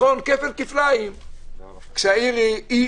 נכון כפל כפליים כשהעיר היא אי